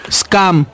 scam